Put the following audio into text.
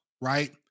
right